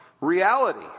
reality